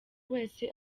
wese